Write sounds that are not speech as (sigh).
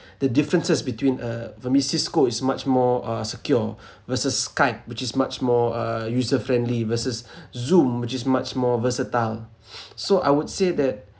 the differences between uh for me cisco is much more uh secure versus skype which is much more uh user friendly versus zoom which is much more versatile (noise) so I would say that